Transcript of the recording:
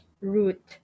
root